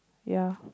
ya